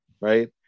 right